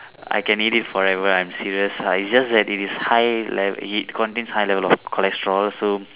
I can eat it forever I'm serious uh is just that it is high level it contains high level of cholesterol so